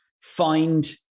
find